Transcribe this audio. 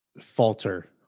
falter